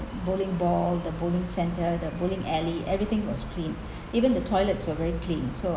bowling ball the bowling centre the bowling alley everything was clean even the toilets were very clean so